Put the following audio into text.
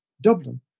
Dublin